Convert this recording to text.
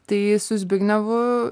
tai su zbignevu